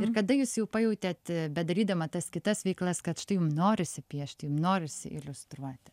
ir kada jūs jau pajautėt bedarydama tas kitas veiklas kad štai jum norisi piešti jum norisi iliustruot